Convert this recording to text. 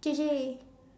D_J